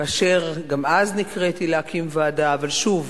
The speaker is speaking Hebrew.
כאשר גם אז נקראתי להקים ועדה, אבל שוב,